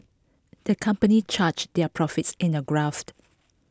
the company charge their profits in A graft